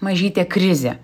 mažytė krizė